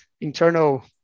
internal